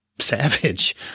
Savage